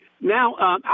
now